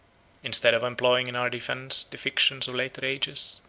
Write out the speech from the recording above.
instead of employing in our defence the fictions of later ages,